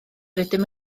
rydym